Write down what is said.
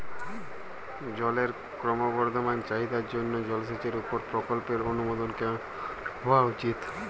জলের ক্রমবর্ধমান চাহিদার জন্য জলসেচের উপর প্রকল্পের অনুমোদন কেমন হওয়া উচিৎ?